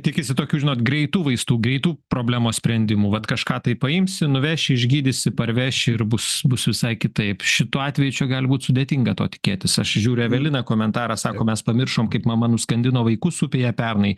tikisi tokių žinot greitų vaistų greitų problemos sprendimų vat kažką tai paimsi nuveši išgydysi parveši ir bus bus visai kitaip šituo atveju čia gali būt sudėtinga to tikėtis aš žiūriu evelina komentarą sako mes pamiršom kaip mama nuskandino vaikus upėje pernai